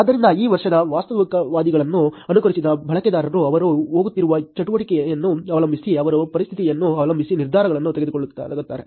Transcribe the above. ಆದ್ದರಿಂದ ಈ ವರ್ಗದ ವಾಸ್ತವಿಕವಾದಿಗಳನ್ನು ಅನುಸರಿಸಿದ ಬಳಕೆದಾರರು ಅವರು ಹೋಗುತ್ತಿರುವ ಚಟುವಟಿಕೆಯನ್ನು ಅವಲಂಬಿಸಿ ಅವರ ಪರಿಸ್ಥಿತಿಯನ್ನು ಅವಲಂಬಿಸಿ ನಿರ್ಧಾರಗಳನ್ನು ತೆಗೆದುಕೊಳ್ಳುತ್ತಾರೆ